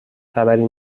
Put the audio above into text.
خبری